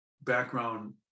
background